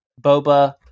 Boba